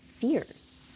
fears